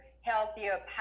healthier